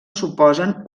suposen